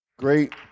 Great